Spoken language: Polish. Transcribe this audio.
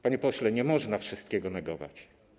Panie pośle, nie można wszystkiego negować.